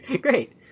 Great